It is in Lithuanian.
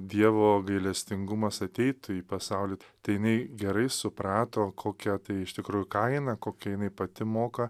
dievo gailestingumas ateitų į pasaulį tai jinai gerai suprato kokia tai iš tikrųjų kaina kokia jinai pati moka